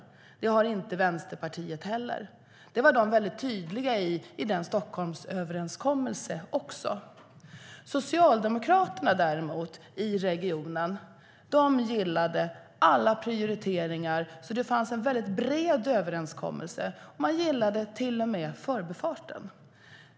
Det har inte Vänsterpartiet heller. Det var de väldigt tydliga med i Stockholmsöverenskommelsen också. Socialdemokraterna i regionen gillade däremot alla prioriteringar, så det var en väldigt bred överenskommelse. Man gillade till och med Förbifarten.